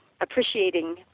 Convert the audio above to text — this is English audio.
appreciating